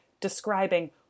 describing